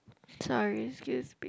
sorry excuse me